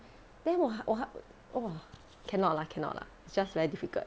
then 我还我还哇 cannot lah cannot lah it's just very difficult